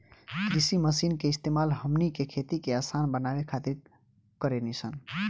कृषि मशीन के इस्तेमाल हमनी के खेती के असान बनावे खातिर कारेनी सन